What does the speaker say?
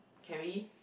can we